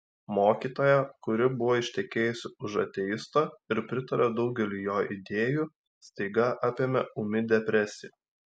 mokytoją kuri buvo ištekėjusi už ateisto ir pritarė daugeliui jo idėjų staiga apėmė ūmi depresija